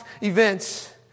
events